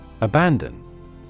Abandon